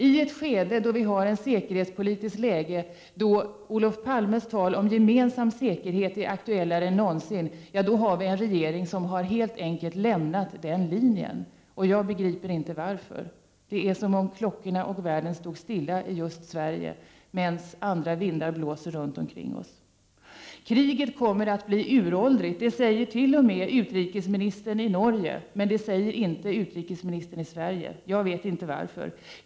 I ett säkerpolitiskt läge, där Olof Palmes tal om gemensam säkerhet är aktuellare än någonsin, har vi en regering som helt enkelt har lämnat den linjen. Jag begriper inte varför. Det är som om klockorna och världen stod stilla just i Sverige, medan andra vindar blåser runt omkring Kriget kommer att bli uråldrigt. Det säger t.o.m. utrikesministern i Norge, men det säger inte utrikesministern i Sverige. Jag vet inte varför.